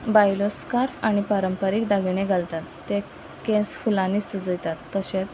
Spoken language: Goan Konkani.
बायलो स्कार्फ आनी पारंपारीक दागिणे घालतात ते केंस फुलांनी सजयतात तशेंच